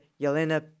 Yelena